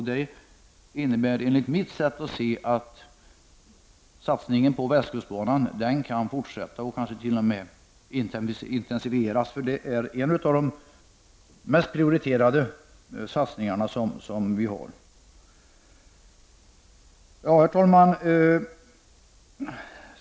Det innebär enligt min uppfattning att satsningen på västkustba nan kan fortsätta och t.o.m. intensifieras. Det är nämligen en av de mest prioriterade satsningarna. Herr talman!